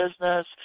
business